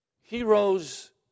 Heroes